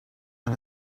and